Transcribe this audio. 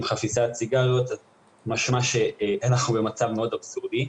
חפיסת סיגריות משמע שאנחנו במצב מאוד אבסורדי,